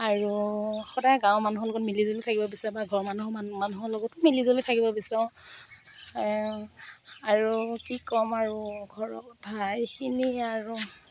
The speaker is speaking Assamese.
আৰু সদায় গাঁৱৰ মানুহৰ লগত মিলিজুলি থাকিব বিচাৰোঁ বা ঘৰৰ মানুহ মানুহৰ লগতো মিলিজুলি থাকিব বিচাৰোঁ আৰু কি ক'ম আৰু ঘৰৰ কথা এইখিনিয়ে আৰু